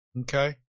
Okay